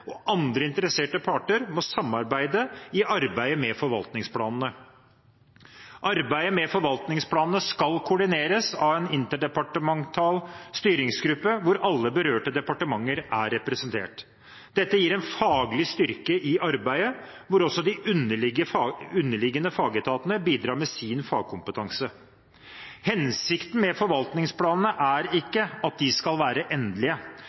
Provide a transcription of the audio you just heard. og andre interesserte parter må samarbeide i arbeidet med forvaltningsplanene. Arbeidet med forvaltningsplanene skal koordineres av en interdepartemental styringsgruppe hvor alle berørte departementer er representert. Dette gir en faglig styrke i arbeidet, hvor også de underliggende fagetatene bidrar med sin fagkompetanse. Hensikten med forvaltningsplanene er ikke at de skal være endelige.